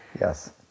yes